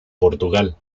portugal